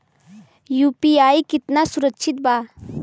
UPI कितना सुरक्षित बा?